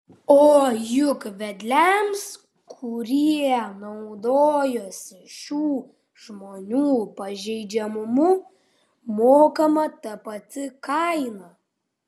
o juk vedliams kurie naudojosi šių žmonių pažeidžiamumu mokama ta pati kaina